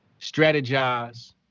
strategize